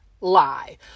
lie